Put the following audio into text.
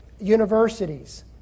universities